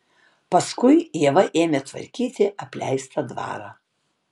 paskui ieva ėmė tvarkyti apleistą dvarą